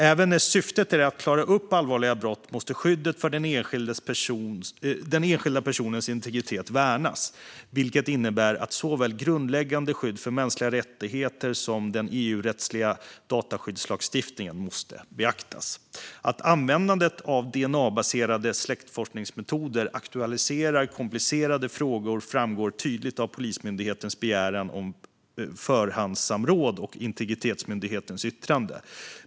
Även när syftet är att klara upp allvarliga brott måste skyddet för den enskilda personens integritet värnas, vilket innebär att såväl grundläggande skydd för mänskliga rättigheter som den EU-rättsliga dataskyddslagstiftningen måste beaktas. Att användandet av dna-baserade släktforskningsmetoder aktualiserar komplicerade frågor framgår tydligt av Polismyndighetens begäran om förhandssamråd och Integritetsskyddsmyndighetens yttrande.